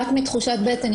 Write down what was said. רק מתחושת בטן,